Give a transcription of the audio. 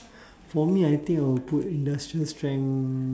for me I think I'll put industrial strength